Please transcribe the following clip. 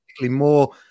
more